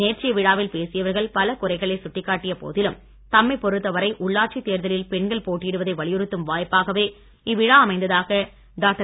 நேற்றைய விழாவில் பேசியவர்கள் பல குறைகளை சுட்டிக்காட்டிய போதிலும் தம்மை பொறுத்த வரை உள்ளாட்சி தேர்தலில் பெண்கள் போட்டியிடுவதை வலியுறுத்தும் வாய்ப்பாகவே இவ்விழா அமைந்ததாக டாக்டர்